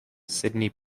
sidney